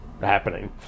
happening